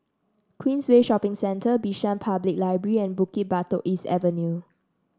Queensway Shopping Centre Bishan Public Library and Bukit Batok East Avenue